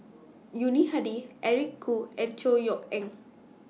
Yuni Hadi Eric Khoo and Chor Yeok Eng